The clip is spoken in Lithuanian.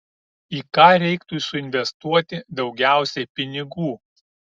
į ką reiktų suinvestuoti daugiausiai pinigų